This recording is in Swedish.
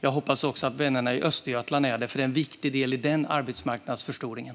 Jag hoppas att vännerna i Östergötland också är det, för det är en viktig del i den arbetsmarknadsförstoringen.